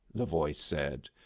the voice said.